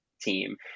team